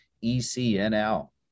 E-C-N-L